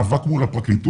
מאבק מול הפרקליטות,